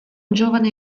giovane